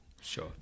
Sure